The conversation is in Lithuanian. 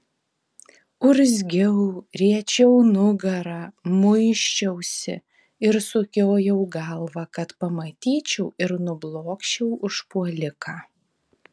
urzgiau riečiau nugarą muisčiausi ir sukiojau galvą kad pamatyčiau ir nublokščiau užpuoliką